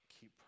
keep